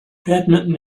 badminton